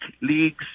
leagues